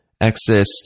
access